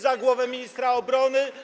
Za głowę ministra obrony?